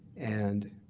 and